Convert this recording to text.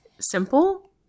simple